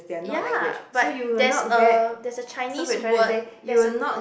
ya but there's a there's a Chinese word there's a